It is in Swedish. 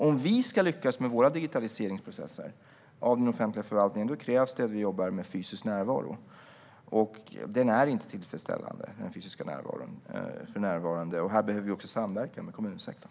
Om vi ska lyckas med våra digitaliseringsprocesser i den offentliga förvaltningen krävs det att vi jobbar med fysisk närvaro, och den fysiska närvaron är för närvarande inte tillfredsställande. Här behöver vi också samverka med kommunsektorn.